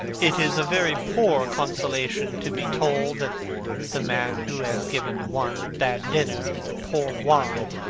it is a very poor consolation to be told that the man who has given one a bad dinner, or poor wine,